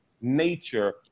nature